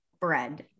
bread